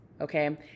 okay